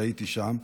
שהייתי שם,